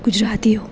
ગુજરાતીઓ